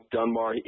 Dunbar